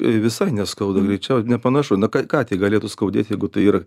visai neskauda greičiau nepanašu na katei galėtų skaudėt jeigu tai yra